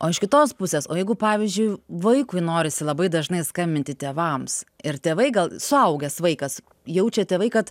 o iš kitos pusės o jeigu pavyzdžiui vaikui norisi labai dažnai skambinti tėvams ir tėvai gal suaugęs vaikas jaučia tėvai kad